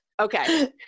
Okay